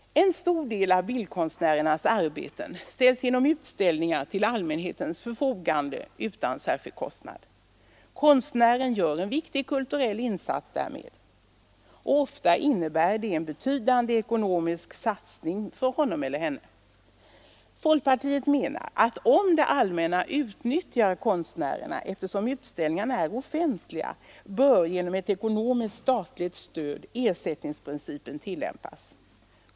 En stor del av bildkonstnärernas arbeten ställs genom utställningar till allmänhetens förfogande utan särskild kostnad. Konstnären gör därmed en viktig kulturell insats. Ofta innebär det en betydande ekonomisk satsning för honom eller henne. Folkpartiet menar att om det allmänna utnyttjar konstnärerna, eftersom utställningarna är offentliga, bör genom ett ekonomiskt statligt stöd ersättningsprincipen tillämpas.